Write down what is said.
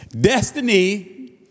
Destiny